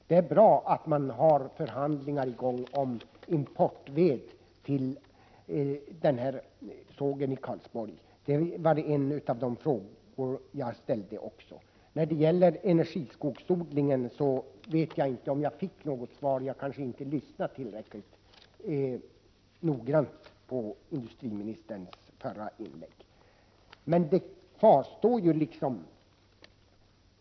Det är bra att förhandlingar pågår om import av ved till sågen i Karlsborg. Om detta handlade en av de frågor jag ställde. När det gäller energiskogsodling vet jag inte om jag fick något svar; jag kanske inte lyssnade tillräckligt noggrant på industriministerns förra inlägg. Frågan kvarstår för min del.